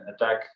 attack